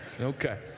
Okay